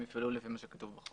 הם יפעלו לפי מה שכתוב בחוק.